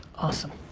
awesome.